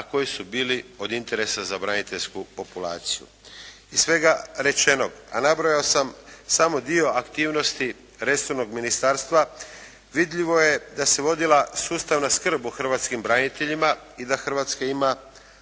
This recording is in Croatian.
a koji su bili od interesa za braniteljsku populaciju. Iz svega rečenog a nabrojao sam samo dio aktivnosti resornog Ministarstva vidljivo je da se vodila sustavna skrb o hrvatskim braniteljima i da Hrvatska ima